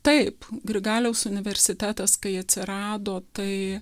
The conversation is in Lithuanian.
taip grigaliaus universitetas kai atsirado tai